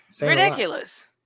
ridiculous